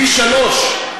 פי-שלושה?